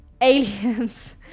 aliens